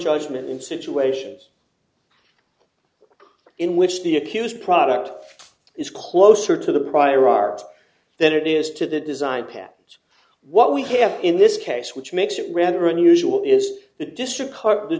judgment in situations in which the accused product is closer to the prior art than it is to the design patterns what we have in this case which makes it rather unusual is the district court the